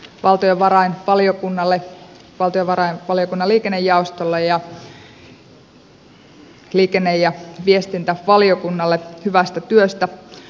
lämmin kiitos eduskunnalle valtiovarainvaliokunnalle valtiovarainvaliokunnan liikennejaostolle ja liikenne ja viestintävaliokunnalle hyvästä työstä